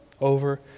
Over